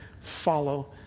follow